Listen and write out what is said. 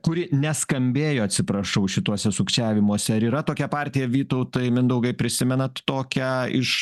kuri neskambėjo atsiprašau šituose sukčiavimuose ar yra tokia partija vytautai mindaugai prisimenat tokią iš